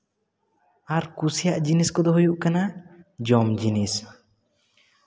ᱟᱨ ᱠᱩᱥᱤᱭᱟᱜ ᱡᱤᱱᱤᱥ ᱠᱚᱫᱚ ᱦᱩᱭᱩᱜ ᱠᱟᱱᱟ ᱡᱚᱢ ᱡᱤᱱᱤᱥ